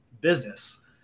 business